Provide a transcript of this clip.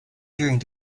during